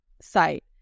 site